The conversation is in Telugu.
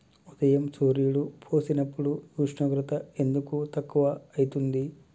ఉదయం సూర్యుడు పొడిసినప్పుడు ఉష్ణోగ్రత ఎందుకు తక్కువ ఐతుంది?